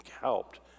helped